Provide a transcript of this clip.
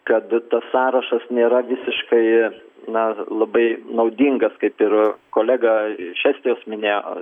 kad tas sąrašas nėra visiškai na labai naudingas kaip ir kolega iš estijos minėjo